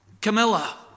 Camilla